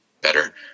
better